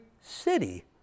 city